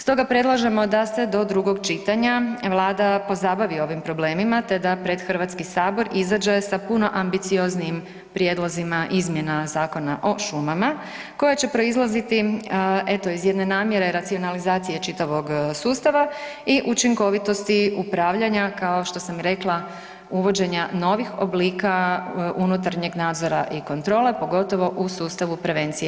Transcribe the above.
Stoga predlažemo da se do drugog čitanja Vlada pozabavi ovim problemima te da pred HS izađe sa puno ambicioznijim prijedlozima izmjena Zakona o šumama koja će proizlaziti eto iz jedne namjere racionalizacije čitavog sustava i učinkovitosti upravljanja kao što sam rekla uvođenja novih oblika unutarnjeg nadzora i kontrole pogotovo u sustavu prevencije.